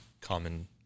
common